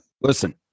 listen